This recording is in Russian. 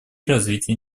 развитие